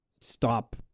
stop